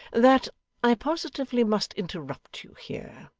that i positively must interrupt you here.